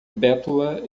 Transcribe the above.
bétula